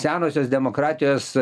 senosios demokratijos